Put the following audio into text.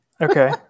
Okay